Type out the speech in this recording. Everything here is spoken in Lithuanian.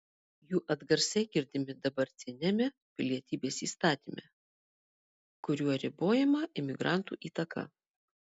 jų atgarsiai girdimi dabartiniame pilietybės įstatyme kuriuo ribojama imigrantų įtaka